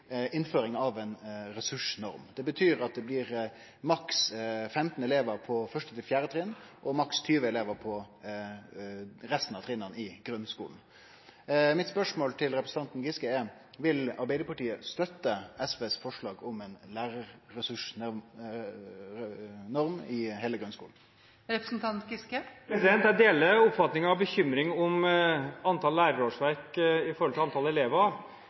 innføring av ei ressursnorm. Det betyr at det blir maks 15 elevar på 1.–4. trinn og maks 20 elevar på resten av trinna i grunnskulen. Mitt spørsmål til representanten Giske er: Vil Arbeidarpartiet støtte SVs forslag om ei lærarressursnorm i heile grunnskulen? Jeg deler oppfatningen av og bekymringen om antall lærerårsverk i forhold til antall elever,